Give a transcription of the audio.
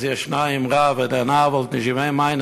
אז יש אמרה: וען דער נאר וואלט נישט געווען